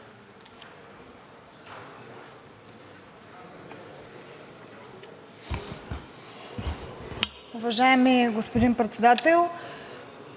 Уважаеми господин Председател!